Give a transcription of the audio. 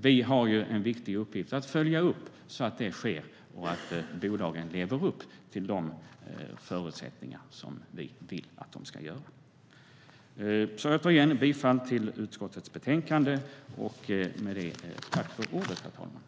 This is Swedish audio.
vi har en viktig uppgift i att följa upp att detta sker och att bolagen lever upp till de principer som vi vill att de ska leva upp till.